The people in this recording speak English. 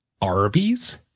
Arby's